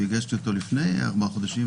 והגשתי אותו לפני ארבעה חודשים,